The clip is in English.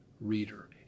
reader